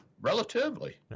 Relatively